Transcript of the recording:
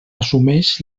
assumeix